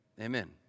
Amen